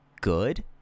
good